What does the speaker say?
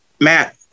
Matt